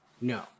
No